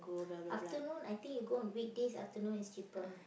afternoon I think you go on weekdays afternoon is cheaper